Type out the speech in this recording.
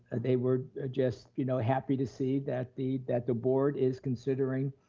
and they were ah just you know happy to see that the that the board is considering